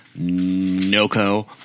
Noco